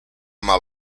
ama